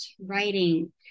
writing